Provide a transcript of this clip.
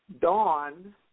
dawn